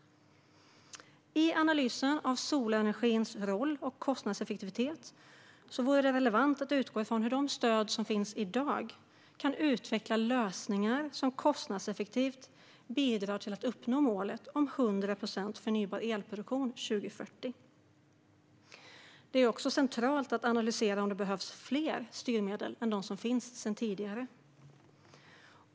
I analysen av solenergins roll och kostnadseffektivitet är det relevant att utgå från hur dagens stöd kan utveckla lösningar som kostnadseffektivt bidrar till att uppnå målet om 100 procent förnybar elproduktion 2040. Det är också centralt att analysera om det behövs fler styrmedel än de som finns sedan tidigare.